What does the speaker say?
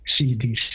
CDC